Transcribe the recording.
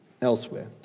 elsewhere